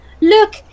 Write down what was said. look